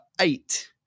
eight